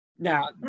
Now